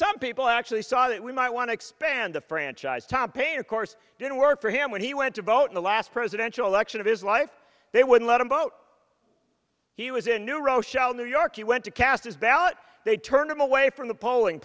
some people actually saw that we might want to expand the franchise tom paine of course didn't work for him when he went to vote in the last presidential election of his life they would let him vote he was in new rochelle new york he went to cast his ballot they turned him away from the polling